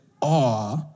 awe